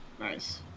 Nice